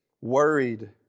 worried